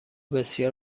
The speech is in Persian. بسیار